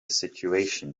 situation